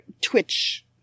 twitch